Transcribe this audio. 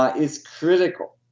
ah is critical.